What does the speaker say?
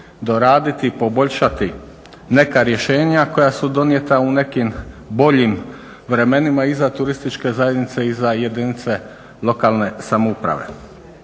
doraditi, poboljšati neka rješenja koja su donijeta u nekim boljim vremenima i za turističke zajednice i za jedinice lokalne samouprave.